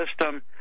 system